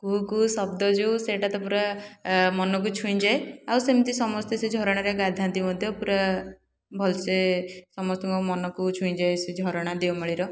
କୁଳୁକୁଳୁ ଶବ୍ଦ ଯେଉଁ ସେଇଟା ତ ପୂରା ଏ ମନକୁ ଛୁଇଁଯାଏ ଆଉ ସେମିତି ସମସ୍ତେ ସେଇ ଝରଣାରେ ଗାଧାନ୍ତି ମଧ୍ୟ ପୂରା ଭଲସେ ସମସ୍ତଙ୍କୁ ମନକୁ ଛୁଇଁଯାଏ ସେ ଝରଣା ଦେଓମାଳୀର